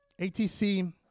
ATC